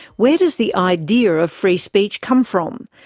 where does the idea of free speech come from,